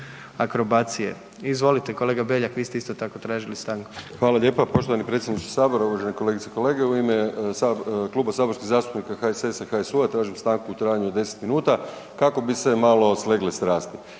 Hvala lijepa. Poštovani predsjedniče sabora, uvažene kolegice i kolege. U ime Kluba saborskih zastupnika HSS-a i HSU-a tražim stanku u trajanju od 10 minuta kako bi se malo slegle strasti.